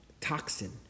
toxin